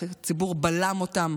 והציבור בלם אותם